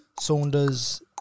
Saunders